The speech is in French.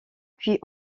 puis